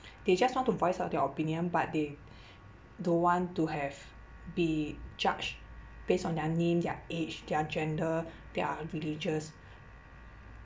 they just want to voice out their opinion but they don't want to have be judged based on their name their age their gender their religious